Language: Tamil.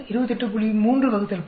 3 12